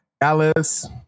Alice